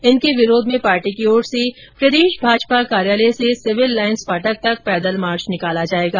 इनके विरोध में पार्टी की ओर से प्रदेश भाजपा कार्यालय से सिविल लाईन्स फाटक तक पैदल मार्च निकाला जायेगा